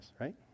right